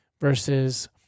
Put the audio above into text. versus